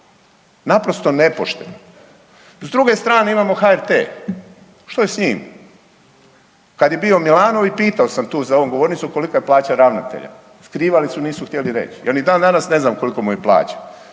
Naprosto nepošteno. S druge strane, imamo HRT. Što je s njim? Kad je bio Milanović, pitao sam tu za ovom govornicom, kolika je plaća ravnatelja. Skrivali su, nisu htjeli reći, ja ni dan danas ne znam kolika mu je plaća.